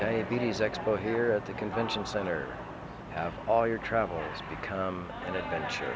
diabetes expo here at the convention center have all your travels become an adventure